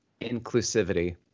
inclusivity